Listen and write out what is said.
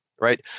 right